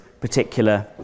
particular